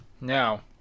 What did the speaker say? Now